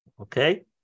Okay